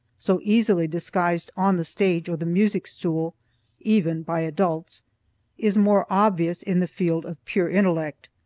so easily disguised on the stage or the music-stool even by adults is more obvious in the field of pure intellect.